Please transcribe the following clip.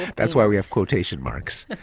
that's why we have quotation marks.